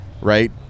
right